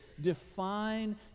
define